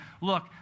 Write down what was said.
look